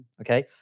okay